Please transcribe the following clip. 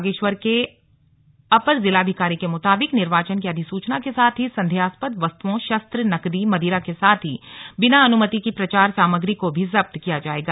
बागेश्वर के अपर जिलाधिकारी के मुताबिक निर्वाचन की अधिसूचना के साथ ही संदेहास्पद वस्तुओं शस्त्र नकदी मदिरा के साथ ही बिना अनुमति की प्रचार सामग्री को भी जब्त किया जायेगा